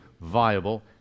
viable